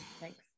Thanks